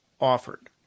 offered